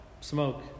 smoke